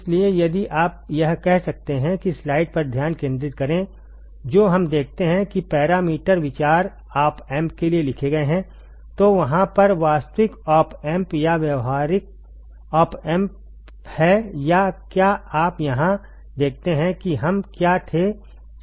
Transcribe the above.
इसलिए यदि आप यह कह सकते हैं कि स्लाइड पर ध्यान केंद्रित करें जो हम देखते हैं कि पैरामीटर विचार ऑप एम्प के लिए लिखे गए हैं तो वहां पर वास्तविक ऑप एम्प है या व्यावहारिक ऑप एम्प है या क्या आप यहां देखते हैं कि हम क्या थे सही चर्चा करना